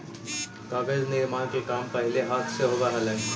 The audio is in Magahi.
कागज निर्माण के काम पहिले हाथ से होवऽ हलइ